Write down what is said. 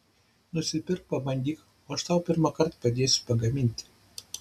nusipirk pabandyk aš tau pirmąkart padėsiu pagaminti